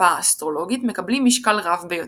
במפה האסטרולוגית מקבלים משקל רב ביותר.